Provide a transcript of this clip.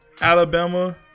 Alabama